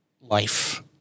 life